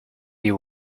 you